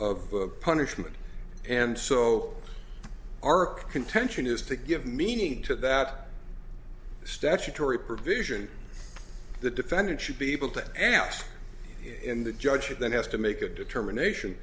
punishment and so our contention is to give meaning to that statutory provision the defendant should be able to ask in the judge who then has to make a determination